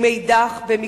ומאידך גיסא,